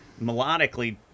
melodically